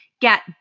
get